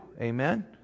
Amen